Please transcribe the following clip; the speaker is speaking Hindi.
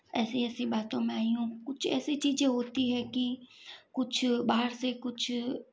ऐसी ऐसी बातों में आई हूँ कुछ ऐसी चीज़ें होती हैं कि कुछ बाहर से कुछ